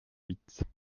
huit